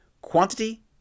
Quantity